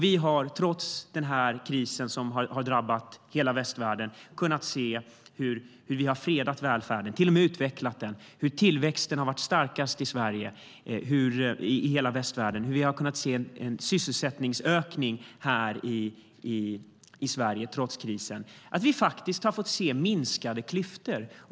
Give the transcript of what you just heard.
Vi har trots krisen som har drabbat hela västvärlden kunnat se hur vi har fredat välfärden och till och med utvecklat den. Tillväxten har varit starkast i Sverige i hela västvärlden. Vi har trots krisen kunnat se en sysselsättningsökning i Sverige. Vi har faktiskt fått se minskade klyftor.